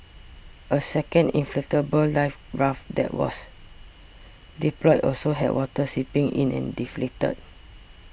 a second inflatable life raft that was deployed also had water seeping in and deflated